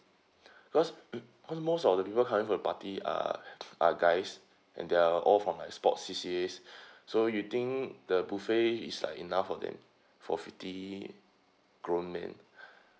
because mm because most of the people coming for the party are are guys and they are all from my sport C_C_As so you think the buffet is like enough for them for fifty grown man